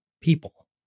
people